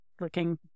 looking